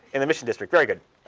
in the mission district. very good.